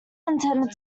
intended